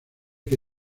que